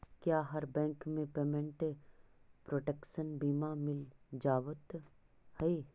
क्या हर बैंक में पेमेंट प्रोटेक्शन बीमा मिल जावत हई